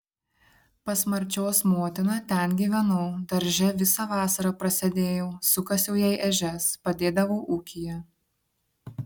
pas marčios motiną ten gyvenau darže visą vasarą prasėdėjau sukasiau jai ežias padėdavau ūkyje